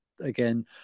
again